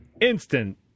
instant